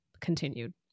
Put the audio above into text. continued